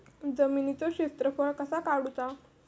जमिनीचो क्षेत्रफळ कसा काढुचा?